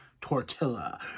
tortilla